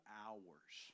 hours